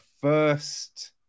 first